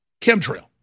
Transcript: chemtrail